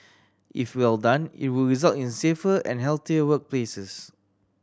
if well done it would result in safer and healthier workplaces